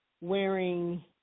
wearing